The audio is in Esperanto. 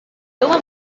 dua